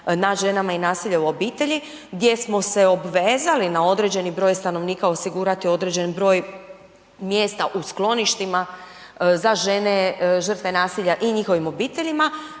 nad ženama i nasilja u obitelji gdje smo se obvezali na određeni broj stanovnika osigurati određeni broj mjesta u skloništima za žene žrtve nasilja i njihovim obiteljima